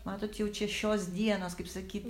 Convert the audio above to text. matot jau čia šios dienos kaip sakyt